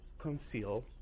conceal